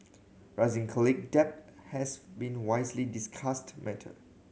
rising debt has been wisely discussed matter